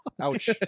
Ouch